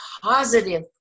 positive